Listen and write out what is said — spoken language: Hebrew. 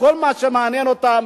כל מה שמעניין אותם,